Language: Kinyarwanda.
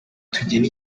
tugena